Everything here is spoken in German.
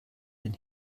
den